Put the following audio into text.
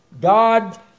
God